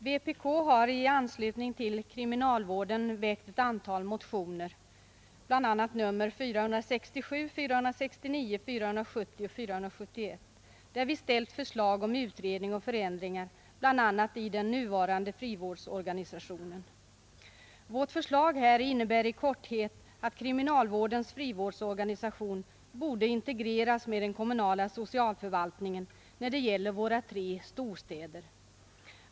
Herr talman! Vpk har när det gäller kriminalvården väckt ett antal motioner — bl.a. motionerna 467, 469, 470 och 471 — där vi ställt förslag om utredning och förändringar exempelvis i den nuvarande frivårdsorganisationen. Vårt förslag här innebär i korthet att kriminalvårdens frivårdsorganisation borde integreras med den kommunala socialförvaltningen när det gäller våra tre storstäder.